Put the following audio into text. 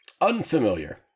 Unfamiliar